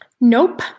Nope